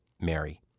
Mary